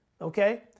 Okay